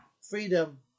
freedom